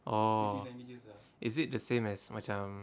orh is it the same as macam